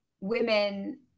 women